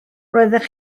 roeddech